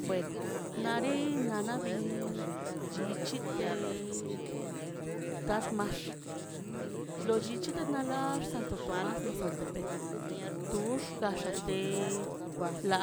Bueno na rin nanabin llichite kak max lo llich nana ḻax santo tomas mazaltepec tux gaxate ḻa